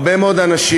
הרבה מאוד אנשים,